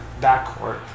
backcourt